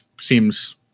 seems